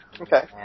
Okay